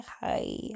hi